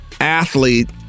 athlete